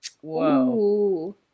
Whoa